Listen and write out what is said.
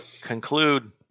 Conclude